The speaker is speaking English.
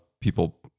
people